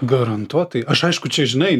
garantuotai aš aišku čia žinai